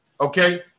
Okay